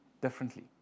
differently